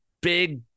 big